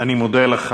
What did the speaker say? אני מודה לך.